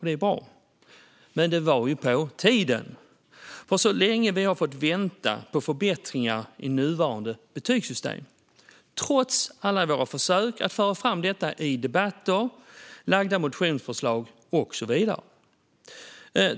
Det är bra, men det är på tiden att det sker, för vi har fått vänta länge på förbättringar i nuvarande betygssystem trots alla våra försök att föra fram detta i debatter, lagda motionsförslag och så vidare.